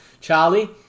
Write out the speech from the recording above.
Charlie